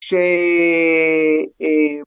ששששהההה